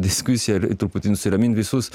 diskusija ir truputį nusiramint visus